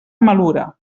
malura